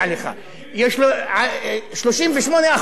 יש שם 38% יותר השקעות.